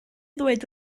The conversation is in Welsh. ddweud